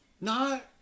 Not-